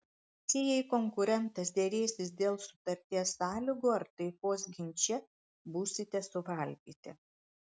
čia jei konkurentas derėsis dėl sutarties sąlygų ar taikos ginče būsite suvalgyti